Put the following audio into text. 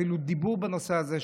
אפילו דיבור בנושא הזה,